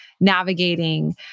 navigating